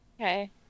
Okay